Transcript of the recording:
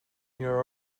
near